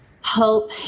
help